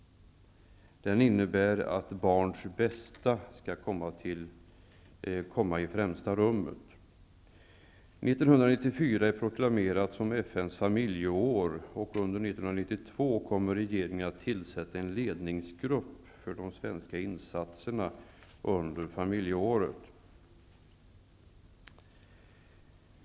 Den innebär att ''barnens bästa skall komma i främsta rummet''. 1994 är proklamerat som FN:s familjeår, och under 1992 kommer regeringen att tillsätta en ledningsgrupp för de svenska insatserna under familjeåret.